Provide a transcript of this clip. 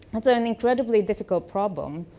um so an incredibly difficult problem.